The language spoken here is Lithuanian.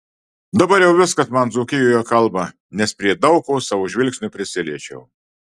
dabar jau viskas man dzūkijoje kalba nes prie daug ko savo žvilgsniu prisiliečiau